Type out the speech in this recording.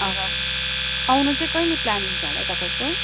हजुर आउनु चाहिँ कहिले प्लानिङ छ होला तपाईँको